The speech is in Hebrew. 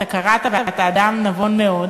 אתה קראת ואתה אדם נבון מאוד,